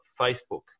Facebook